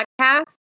podcast